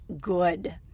good